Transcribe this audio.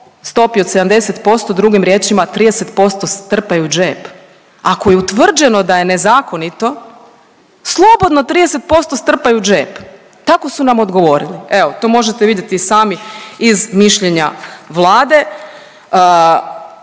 stopi od 70%, drugim riječima 30% strpaju u džep. Ako je utvrđeno da je nezakonito slobodno 30% strpaju u džep. Tako su nam odgovorili evo to možete vidjeti i sami iz mišljenja Vlade.